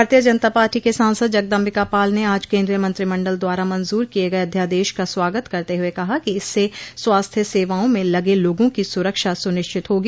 भारतीय जनता पार्टी के सांसद जगदम्बिका पाल न आज केन्द्रीय मंत्रिमंडल द्वारा मंजूर किये गये अध्यादेश का स्वागत करते हुए कहा कि इससे स्वास्थ्य सेवाओं में लगे लोगों की सुरक्षा सुनिश्चित होगी